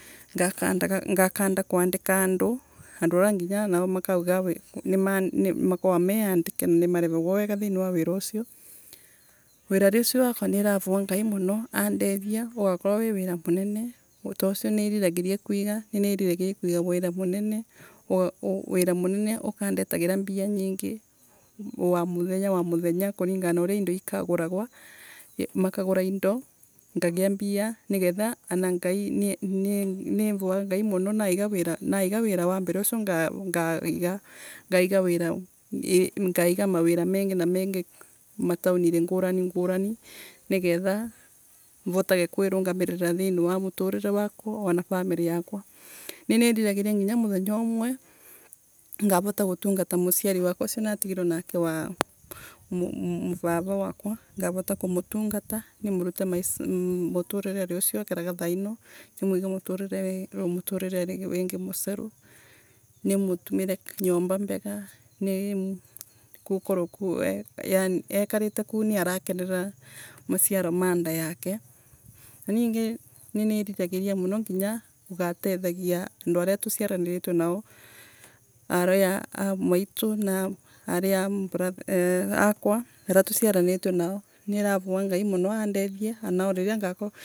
Ngakandaga ngakanda kwandika andu; andu aya riginya makaugaga nima makoragwa me andike na nimaragwa wega thiini wa wira ucio. Wirari ucio wakwa ni ravaa ngai muno andethie ugakorwawi wira Munene taucio. Niriragiria kwiga, niniriragiria kwira wira Munene. ukandetagira mbia nyingi wa muthenya coa muthenya kuringana na uria indo ikaguragwa, makagura indo ngagia mbia nigetha ana Ngai. Ni ni nimica Ngai muno naiga wira wa mbere ucio ngaiga mawira mengi na mengi matauri ngurani ngurani nigetha mvotage kwirungamirira thiini wa muturire wakwa ana family yakwa. Niniriragiria nginya muthenya